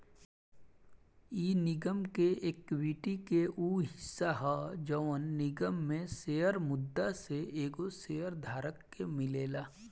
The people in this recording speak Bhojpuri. इ निगम के एक्विटी के उ हिस्सा ह जवन निगम में शेयर मुद्दा से एगो शेयर धारक के मिलेला